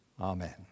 Amen